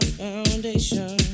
foundation